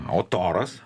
o toras